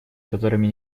которыми